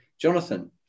Jonathan